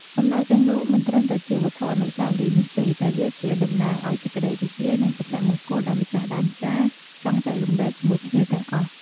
អំណោយទាំងនោះមិនត្រឹមតែជាវត្ថុអនុស្សាវរីយ៍នោះទេ តែវាជាតំណាងឲ្យសេចក្តីរីករាយ និងសុភមង្គលដែលម្ចាស់ដើមការ ចង់ចែករំលែកជាមួយភ្ញៀវទាំងអស់។